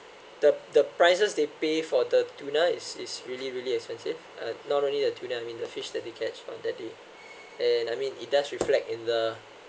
the the prices they pay for the tuna it's it's really really expensive and not only the tuna I mean the fish that they catch on that day and I mean it does reflect in the